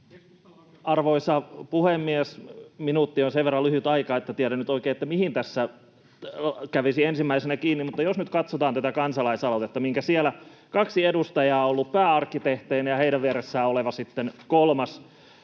Arvoisa puhemies! Minuutti on sen verran lyhyt aika, että en tiedä oikein, mihin tässä kävisi ensimmäisenä kiinni. Mutta jos katsotaan tätä kansalaisaloitetta, jossa kaksi edustajaa ovat olleet pääarkkitehteina, ja heidän vieressään oleva kolmas